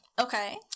Okay